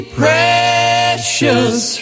precious